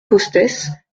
costes